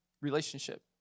Relationship